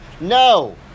No